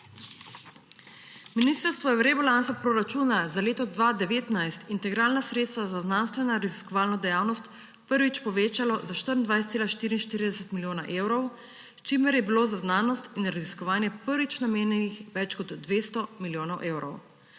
Ministrstvo je v rebalansu proračuna za leto 2019 integralna sredstva za znanstvenoraziskovalno dejavnost prvič povečalo za 24,44 milijona evrov, s čimer je bilo za znanost in raziskovanje prvič namenjenih več kot 200 milijonov evrov.